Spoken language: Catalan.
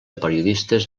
periodistes